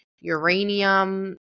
uranium